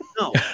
No